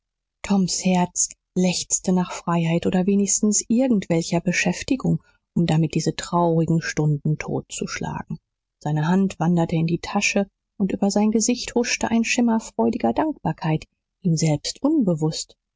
toms herz lechzte nach freiheit oder wenigstens irgend welcher beschäftigung um damit diese traurigen stunden totzuschlagen seine hand wanderte in die tasche und über sein gesicht huschte ein schimmer freudiger dankbarkeit ihm selbst unbewußt